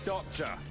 Doctor